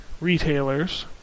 retailers